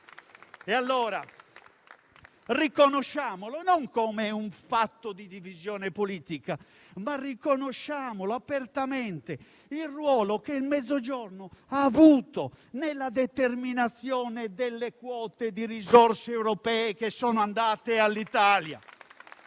allora, non come un fatto di divisione politica, ma riconosciamo apertamente il ruolo che il Mezzogiorno ha avuto nella determinazione delle quote di risorse europee che sono andate all'Italia.